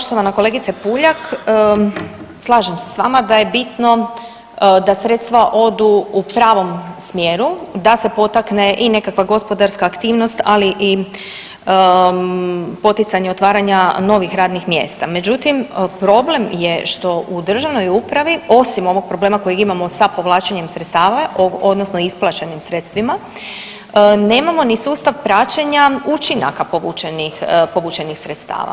Poštovana kolegice Puljak, slažem se s vama da je bitno da sredstva odu u pravom smjeru, da se potakne i nekakva gospodarska aktivnost ali i poticanje otvaranja novih radnih mjesta, međutim problem je što u državnoj upravi osim ovog problema kojeg imamo sa povlačenjem sredstava, odnosno o isplaćenim sredstvima, nemamo ni sustav praćenja učinaka povučenih sredstava.